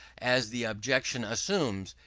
as the objection assumes,